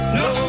no